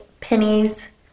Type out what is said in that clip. pennies